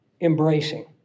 embracing